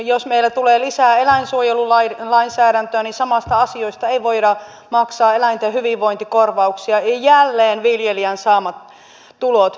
jos meille tulee lisää eläinsuojelulainsäädäntöä niin samoista asioista ei voida maksaa eläinten hyvinvointikorvauksia ja jälleen viljelijän saamat tulot pienenevät